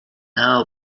our